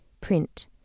Print